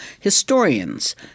historians